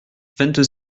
vingt